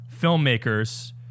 filmmakers